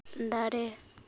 ᱫᱟᱨᱮ